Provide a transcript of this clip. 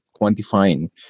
quantifying